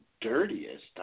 dirtiest